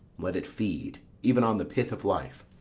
let it feed even on the pith of life.